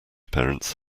parents